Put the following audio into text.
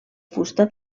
fusta